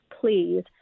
please